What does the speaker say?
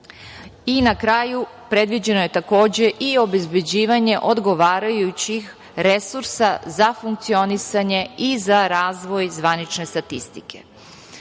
I na kraju predviđeno je i obezbeđivanje odgovarajućih resursa za funkcionisanje i za razvoj zvanične statistike. Pored